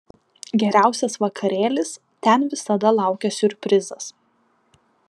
geriausias vakarėlis ten visada laukia siurprizas